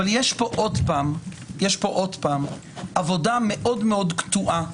יש כאן עוד פעם עבודה מאוד מאוד קטועה,